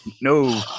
No